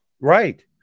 Right